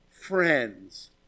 friends